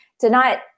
Tonight